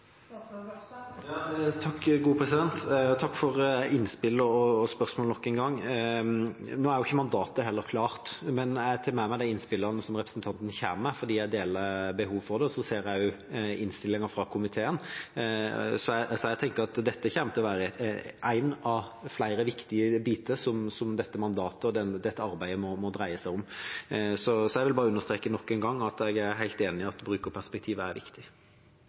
Takk nok en gang for innspill og spørsmål. Nå er jo ikke mandatet klart, men jeg tar med meg de innspillene som representanten kommer med, for jeg er enig i behovet. Jeg ser også innstillinga fra komiteen. Jeg tenker at dette kommer til å være én av flere viktige biter som dette mandatet og dette arbeidet må dreie seg om. Jeg vil bare understreke nok en gang at jeg er helt enig i at brukerperspektivet er viktig. Replikkordskiftet er